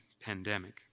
pandemic